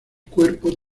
cuerpo